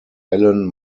alan